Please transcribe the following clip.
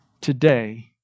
today